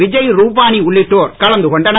விஜய் ரூபானி உள்ளிட்டோர் கலந்து கொண்டனர்